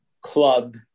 club